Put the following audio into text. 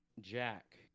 Jack